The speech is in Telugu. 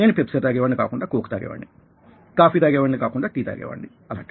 నేను పెప్సీ తాగేవాడిని కాకుండా కోక్ తాగేవాడిని కాఫీ తాగే వాడిని కాకుండా టీ తాగే వాడిని